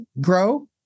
grow